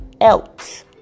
else